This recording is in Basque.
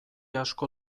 asko